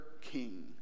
king